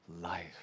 life